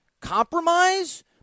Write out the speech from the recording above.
compromise